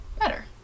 better